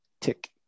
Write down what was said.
tick